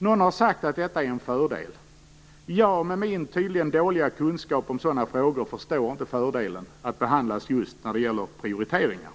Någon har sagt att detta är en fördel. Jag med min tydligen dåliga kunskap om sådana frågor förstår inte fördelen med att motionen behandlas just när det gäller prioriteringar.